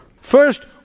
First